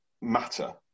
matter